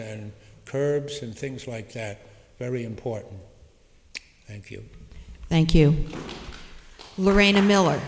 and curbs and things like that very important thank you thank you lorraine